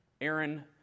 Aaron